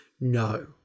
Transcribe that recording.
No